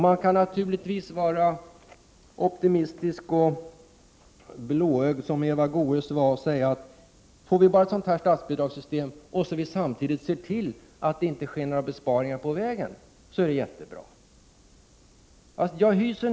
Man kan naturligtvis vara optimistisk och blåögd som Eva Göes och säga, att om vi bara får ett sådant här statsbidragssystem och samtidigt ser till att det inte sker några besparingar på vägen, blir det jättebra.